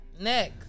Next